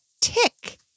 tick